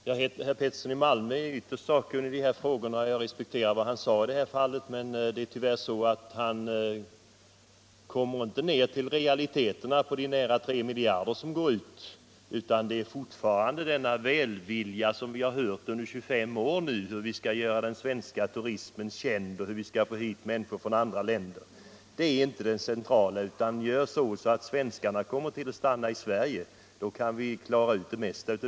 Herr talman! Herr Pettersson i Malmö är ytterst sakkunnig i dessa frågor, och jag respekterar vad han sade. Men han har inget förslag till att lösa problemet med de nära 3 miljarder kronor som turistunderskottet - Nr 84 uppgår till — han ger bara uttryck för denna välvilja, som vi har hört Onsdagen den under 25 år, hur vi skall göra den svenska turismen känd och hur vi 17 mars 1976 skall få hit människor från andra länder. Det är inte det centrala Gör = så att svenskarna stannar i Sverige! Då kan vi lösa de flesta problemen.